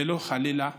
ולא הפוך, חלילה.